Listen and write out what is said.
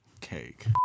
cake